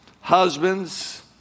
husbands